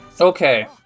Okay